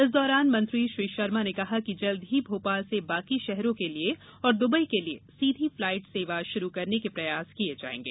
इस दौरान मंत्री श्री शर्मा ने कहा कि जल्द ही भोपाल से बाकी शहरों के लिए और द्वबई के लिए सीधी फ्लाइट सेवा प्रारंभ करने के प्रयास किये जाएंगे